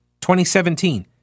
2017